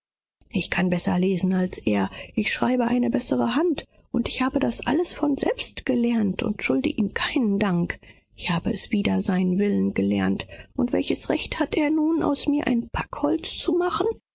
ich kann besser lesen als er besser schreiben als er und ich habe es alles selbst gelernt ohne seinen beistand selbst gegen seinen willen welches recht hat er nun aus mir ein zugpferd zu machen